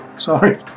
Sorry